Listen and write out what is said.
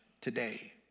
today